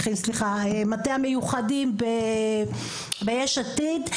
מטה המיוחדים ביש עתיד.